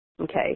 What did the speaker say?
okay